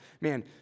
Man